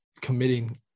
committing